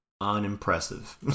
unimpressive